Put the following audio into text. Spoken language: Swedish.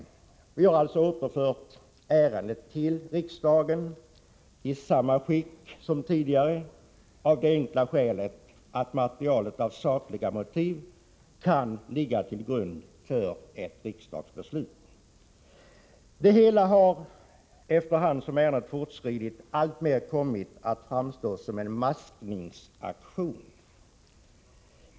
Fredagen den Vi har alltså återfört ärendet till kammaren i samma skick som tidigare, av 14 december 1984 det enkla skälet att materialet av sakliga skäl kan ligga till grund för ett riksdagsbeslut. Statlig fastighets Det hela har, efter hand som ärendets behandling fortskridit, alltmer skatt, m.m. kommit att framstå som en maskningsaktion.